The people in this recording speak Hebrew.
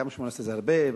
גם 18 זה הרבה.